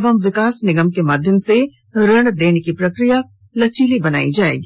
एवं विकास निगम के माध्यम से ऋण देने की प्रक्रिया लचीला बनाया जायेगा